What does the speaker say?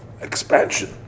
expansion